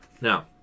Now